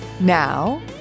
Now